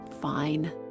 fine